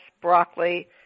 broccoli